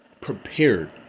prepared